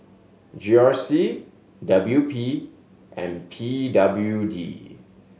G R C W P and P W D